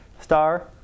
star